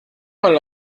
mal